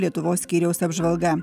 lietuvos skyriaus apžvalga